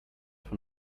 von